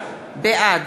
בעד